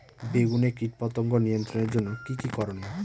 বেগুনে কীটপতঙ্গ নিয়ন্ত্রণের জন্য কি কী করনীয়?